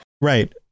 right